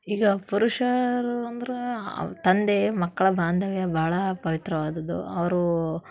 ಈಗ ಪುರುಷರು ಅಂದ್ರೆ ತಂದೆ ಮಕ್ಕಳ ಬಾಂಧವ್ಯ ಭಾಳ ಪವಿತ್ರವಾದದ್ದು ಅವರೂ